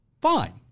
Fine